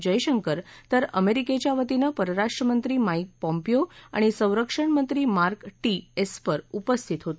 जयशंकर तर अमेरिकेच्या वतीनं परराष्ट्रमंत्री माईक पॉम्पिओ आणि संरक्षणमंत्री मार्क टी एस्पर उपस्थित होते